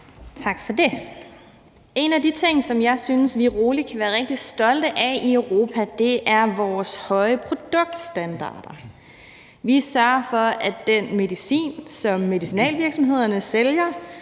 Tak for det. En af de ting, som jeg synes vi roligt kan være rigtig stolte af i Europa, er vores høje produktstandarder. Vi sørger for, at den medicin, som medicinalvirksomhederne sælger